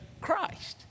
Christ